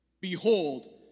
behold